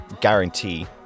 guarantee